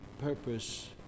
purpose